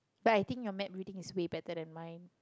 but I think your map reading is way better than mine